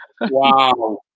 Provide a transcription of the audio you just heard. wow